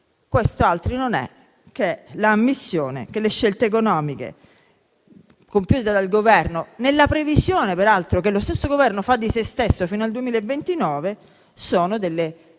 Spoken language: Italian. questo altro non è che l'ammissione che le scelte economiche compiute dal Governo, nella previsione peraltro che lo stesso Governo fa di se stesso fino al 2029, sono al